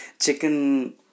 chicken